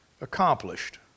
accomplished